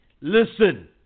Listen